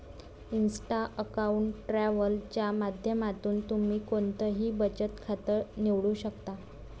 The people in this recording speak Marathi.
इन्स्टा अकाऊंट ट्रॅव्हल च्या माध्यमातून तुम्ही कोणतंही बचत खातं निवडू शकता